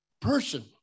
person